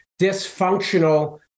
dysfunctional